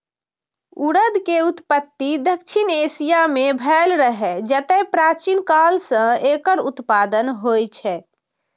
उड़द के उत्पत्ति दक्षिण एशिया मे भेल रहै, जतय प्राचीन काल सं एकर उत्पादन होइ छै